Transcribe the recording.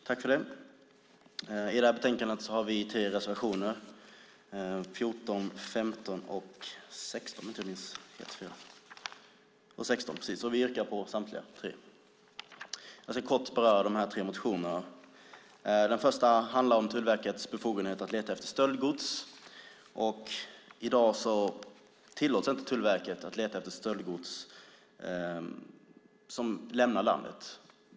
Herr talman! I det här betänkandet har vi tre reservationer, 14, 15 och 16. Vi yrkar bifall till samtliga tre. Jag ska kort beröra de här tre reservationerna. Den första handlar om Tullverkets befogenheter att leta efter stöldgods. I dag tillåts inte Tullverket att leta efter stöldgods som lämnar landet.